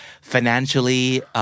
financially